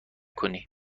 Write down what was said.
کنی